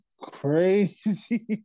crazy